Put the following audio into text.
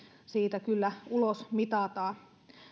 siitä kyllä ulosmitataan